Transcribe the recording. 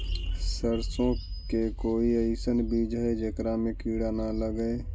सरसों के कोई एइसन बिज है जेकरा में किड़ा न लगे?